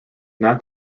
not